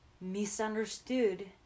misunderstood